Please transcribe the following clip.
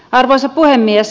arvoisa puhemies